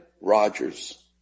Rogers